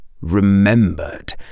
remembered